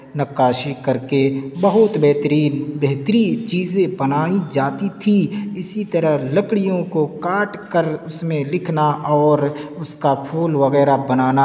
نقاشی کر کے بہت بہترین بہترین چیزیں بنائی جاتی تھیں اسی طرح لکڑیوں کو کاٹ کر اس میں لکھنا اور اس کا پھول وغیرہ بنانا